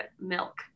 milk